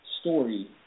story